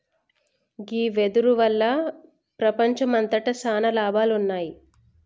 గీ వెదురు వల్ల ప్రపంచంమంతట సాన లాభాలున్నాయి